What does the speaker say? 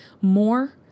more